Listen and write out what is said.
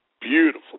beautiful